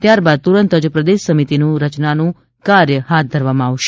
ત્યારબાદ તુરંત જ પ્રદેશ સમિતિની રચનાનું કાર્ય હાથ ધરવામાં આવશે